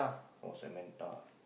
or Samantha